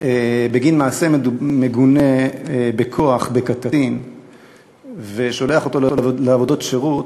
בגין מעשה מגונה בכוח בקטין ושולח אותו לעבודות שירות,